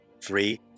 Three